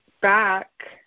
back